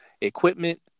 equipment